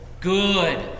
good